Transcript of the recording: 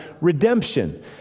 redemption